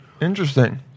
Interesting